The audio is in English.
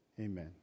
Amen